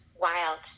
wild